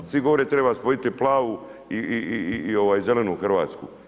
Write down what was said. Svi govore, treba spojiti plavu i zelenu Hrvatsku.